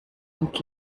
und